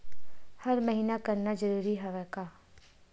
हर महीना करना जरूरी हवय का?